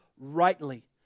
rightly